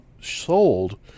sold